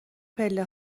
پله